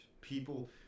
People